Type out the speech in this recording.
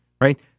right